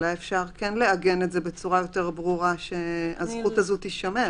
אולי אפשר כן לעגן את זה בצורה יותר ברורה כדי שהזכות הזו תישמר?